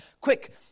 Quick